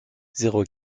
zéro